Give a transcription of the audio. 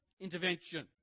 intervention